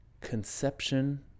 conception